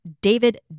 David